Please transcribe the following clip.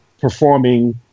performing